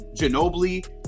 Ginobili